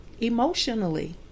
emotionally